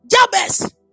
Jabez